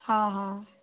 ହଁ ହଁ